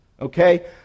okay